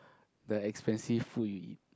the expensive food you eat